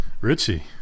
Richie